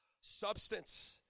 substance